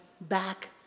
back